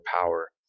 power